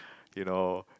you know